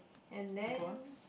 and then